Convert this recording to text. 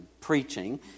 Preaching